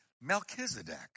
Melchizedek